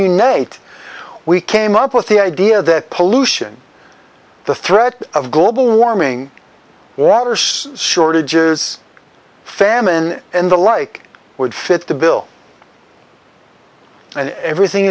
unite we came up with the idea that pollution the threat of global warming waters shortages famine and the like would fit the bill and everything